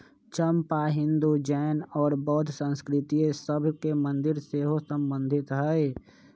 चंपा हिंदू, जैन और बौद्ध संस्कृतिय सभ के मंदिर से सेहो सम्बन्धित हइ